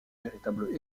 véritable